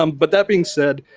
um but, that being said,